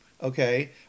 Okay